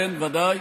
כן, ודאי.